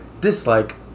dislike